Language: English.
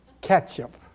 ketchup